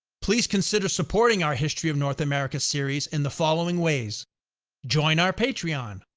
please consider supporting our history of north america series in the following ways join our patreon,